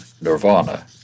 nirvana